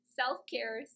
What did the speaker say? self-care